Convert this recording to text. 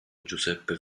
giuseppe